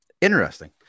Interesting